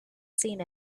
seen